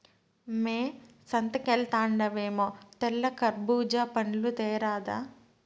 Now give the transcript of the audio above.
మ్మే సంతకెల్తండావేమో తెల్ల కర్బూజా పండ్లు తేరాదా